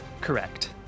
Correct